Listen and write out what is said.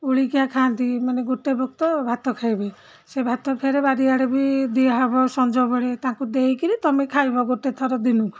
ଓଳିକିଆ ଖାଆନ୍ତି ମାନେ ଗୋଟେ ବକ୍ତ ଭାତ ଖାଇବେ ସେ ଭାତ ଫେରେ ବାରିଆଡ଼େ ବି ଦିଆହବ ସଞ୍ଜ ବେଳେ ତାଙ୍କୁ ଦେଇକିରି ତୁମେ ଖାଇବ ଗୋଟେ ଥର ଦିନକୁ